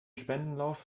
spendenlauf